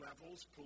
levels